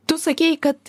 tu sakei kad